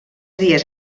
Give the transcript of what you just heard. dies